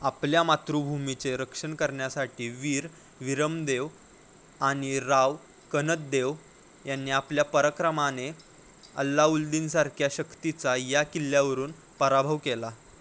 आपल्या मातृभूमीचे रक्षण करण्यासाठी वीर वीरमदेव आणि राव कन्हददेव यांनी आपल्या पराक्रमाने अल्लाउल्दीनसारख्या शक्तीचा या किल्ल्यावरून पराभव केला